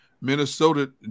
Minnesota